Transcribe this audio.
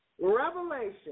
Revelation